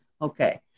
Okay